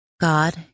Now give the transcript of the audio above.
God